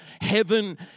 Heaven